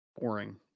Boring